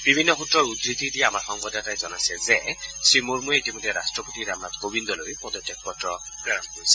বিভিন্ন সূত্ৰৰ উদ্ধতি দি আমাৰ সংবাদ দাতাই জনাইছে যে শ্ৰীমূৰ্মুৱে ইতিমধ্যে ৰাট্টপতি ৰামনাথ কোৱিন্দলৈ পদত্যাগ পত্ৰ প্ৰেৰণ কৰিছে